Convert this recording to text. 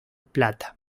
plata